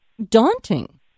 daunting